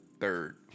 third